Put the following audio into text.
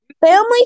Family